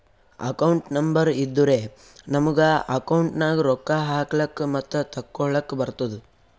account number ಇದ್ದುರೆ ನಮುಗ account ನಾಗ್ ರೊಕ್ಕಾ ಹಾಕ್ಲಕ್ ಮತ್ತ ತೆಕ್ಕೊಳಕ್ಕ್ ಬರ್ತುದ್